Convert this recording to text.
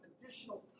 additional